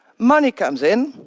money comes in.